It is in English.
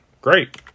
Great